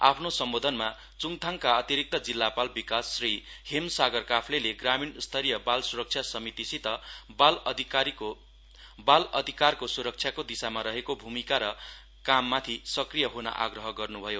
आफ्नो सम्बोधनमा च्डथाडका अतिरिक्त जिल्लापाल विकास श्री हेम सागर काफलेले ग्रामीण स्तरीय बाल सुरक्षा समितिसित बाल अधिकारको सुरक्षाको दिशामा रहेको भूमिका र काममाथि सक्रिय ह्न आग्रह गर्न्भयो